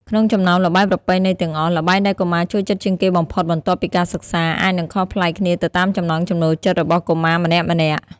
ក្នុងចំណោមល្បែងប្រពៃណីទាំងអស់ ល្បែងដែលកុមារចូលចិត្តជាងគេបំផុតបន្ទាប់ពីការសិក្សា អាចនឹងខុសប្លែកគ្នាទៅតាមចំណង់ចំណូលចិត្តរបស់កុមារម្នាក់ៗ។